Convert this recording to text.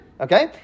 okay